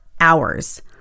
hours